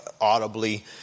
audibly